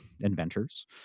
inventors